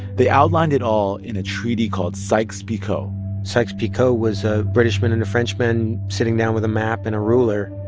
they outlined it all in a treaty called sykes-picot sykes-picot was a british man and a frenchman sitting down with a map and a ruler,